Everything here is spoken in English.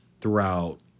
throughout